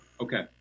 Okay